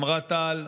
אמרה טל.